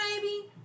baby